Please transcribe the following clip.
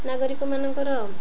ନାଗରିକମାନଙ୍କର ଆଉ